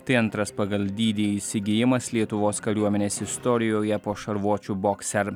tai antras pagal dydį įsigijimas lietuvos kariuomenės istorijoje po šarvuočių bokser